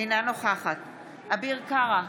אינה נוכחת אביר קארה,